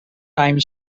time